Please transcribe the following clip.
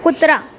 कुत्रा